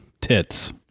tits